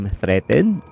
threatened